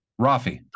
Rafi